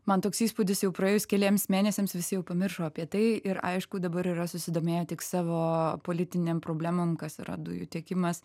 man toks įspūdis jau praėjus keliems mėnesiams visi jau pamiršo apie tai ir aišku dabar yra susidomėję tik savo politinėm problemom kas yra dujų tiekimas